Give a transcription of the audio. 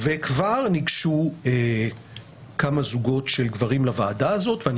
כבר ניגשו כמה זוגות של גברים לוועדה הזאת ואני